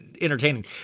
entertaining